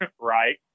right